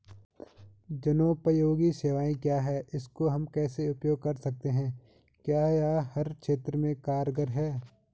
जनोपयोगी सेवाएं क्या क्या हैं इसको हम कैसे उपयोग कर सकते हैं क्या यह हर क्षेत्र में कारगर है?